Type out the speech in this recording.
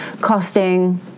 costing